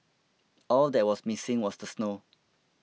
all that was missing was the snow